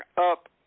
up